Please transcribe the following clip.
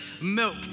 milk